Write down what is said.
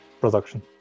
production